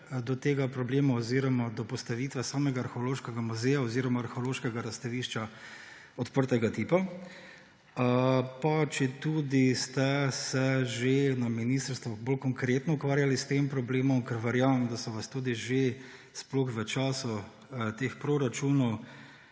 do tega problema oziroma do postavitve samega arheološkega muzeja oziroma arheološkega razstavišča odprtega tipa? Ali ste se na ministrstvu že bolj konkretno ukvarjali s tem problemom? Verjamem, da so vas tudi že, sploh v času teh proračunov,